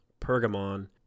Pergamon